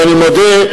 ואני מודה,